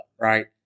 right